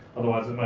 otherwise,